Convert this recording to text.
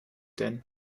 denn